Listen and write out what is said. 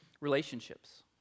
Relationships